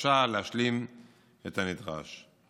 החדשה להשלים את הנדרש.